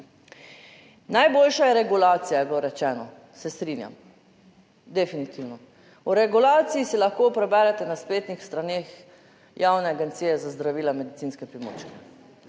Najboljša je regulacija, je bilo rečeno, se strinjam, definitivno. O regulaciji si lahko preberete na spletnih straneh Javne agencije za zdravila in medicinske pripomočke,